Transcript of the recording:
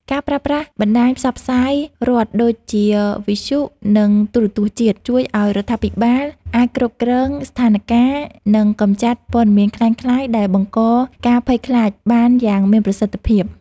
ការប្រើប្រាស់បណ្ដាញផ្សព្វផ្សាយរដ្ឋដូចជាវិទ្យុ និងទូរទស្សន៍ជាតិ ជួយឱ្យរដ្ឋាភិបាលអាចគ្រប់គ្រងស្ថានការណ៍ និងកម្ចាត់ព័ត៌មានក្លែងក្លាយដែលបង្កការភ័យខ្លាចបានយ៉ាងមានប្រសិទ្ធភាព។